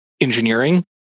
engineering